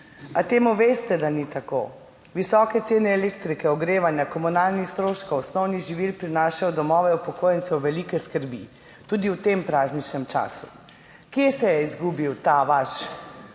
A veste, da temu ni tako? Visoke cene elektrike, ogrevanja, komunalnih stroškov, osnovnih živil prinašajo v domove upokojencev velike skrbi. Tudi v tem prazničnem času. Kje se je izgubil ta vaš